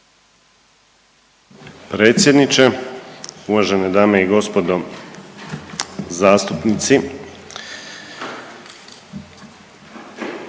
Predsjedniče, uvažene dame i gospodo zastupnici,